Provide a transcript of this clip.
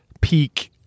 peak